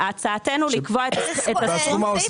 הצעתנו לקבוע את הסכום --- והסכום מה עושה?